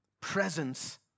presence